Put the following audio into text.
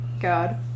God